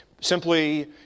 Simply